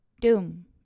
doom